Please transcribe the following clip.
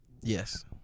yes